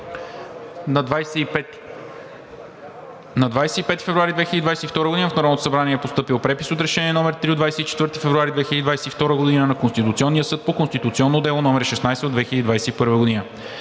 „На 25 февруари 2022 г. в Народното събрание е постъпил препис от Решение № 3 от 24 февруари 2022 г. на Конституционния съд по конституционно дело № 16/2021 г.